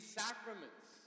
sacraments